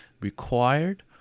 required